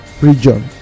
region